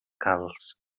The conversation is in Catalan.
calç